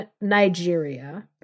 nigeria